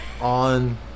On